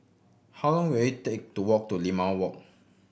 how long will it take to walk to Limau Walk